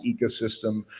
ecosystem